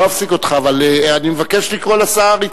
אני לא אפסיק אותך אבל אני מבקש לקרוא לשר המשיב,